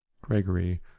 Gregory